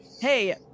Hey